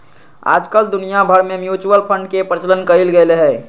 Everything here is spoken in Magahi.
आजकल दुनिया भर में म्यूचुअल फंड के प्रचलन कइल गयले है